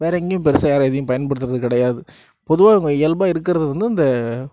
வேற எங்கேயும் பெருசாக யாரும் எதையும் பயன்படுத்துகிறது கிடையாது பொதுவாக இவங்க இயல்பாக இருக்கிறது வந்து இந்த